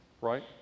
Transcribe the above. Right